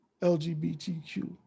lgbtq